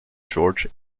george